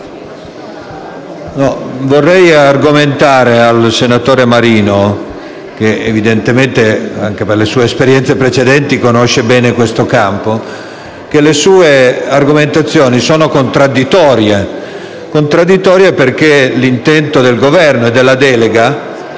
vorrei argomentare al senatore Luigi Marino, il quale evidentemente, anche per le sue esperienze precedenti, conosce bene questo campo, che le sue argomentazioni sono contraddittorie. L'intento del Governo e della delega